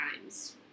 times